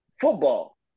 football